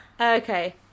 Okay